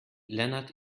lennart